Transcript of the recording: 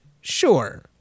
Sure